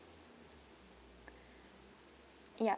yup